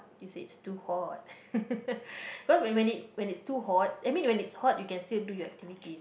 you say it's too hot cause when it when it's too hot I mean when it's hot you can still do your activities